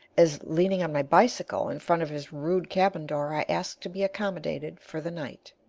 as, leaning on my bicycle in front of his rude cabin door i ask to be accommodated for the night.